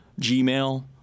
Gmail